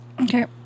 Okay